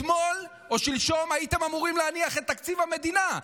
אתמול או שלשום הייתם אמורים להניח את תקציב המדינה,